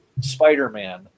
Spider-Man